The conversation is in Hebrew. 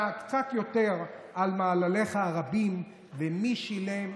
קצת יותר על מעלליך הרבים: מי שילם,